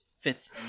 fits